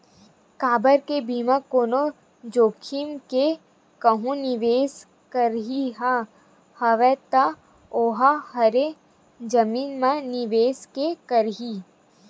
काबर के बिना कोनो जोखिम के कहूँ निवेस करई ह हवय ता ओहा हरे जमीन म निवेस के करई